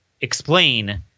explain